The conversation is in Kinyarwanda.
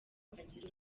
agira